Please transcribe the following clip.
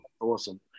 Awesome